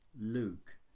Luke